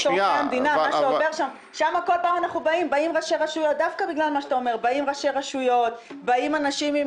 לשם באים ראשי רשויות, לשם באים אנשים עם